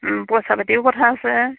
পইচা পাতিও কথা আছে